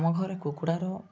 ଆମ ଘରେ କୁକୁଡ଼ାର